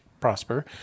prosper